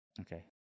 Okay